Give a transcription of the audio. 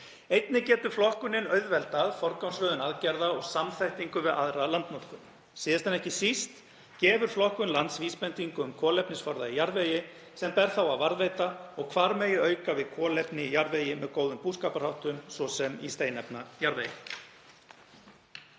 Einnig getur flokkunin auðveldað forgangsröðun aðgerða og samþættingu við aðra landnotkun. Síðast en ekki síst gefur flokkun lands vísbendingu um kolefnisforða í jarðvegi, sem ber þá að varðveita, og hvar megi auka við kolefni í jarðvegi með góðum búskaparháttum, svo sem í steinefnajarðvegi.